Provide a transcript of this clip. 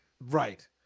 Right